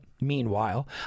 meanwhile